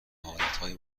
حالتهای